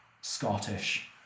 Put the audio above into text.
Scottish